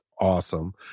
awesome